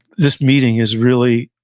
this meeting is really,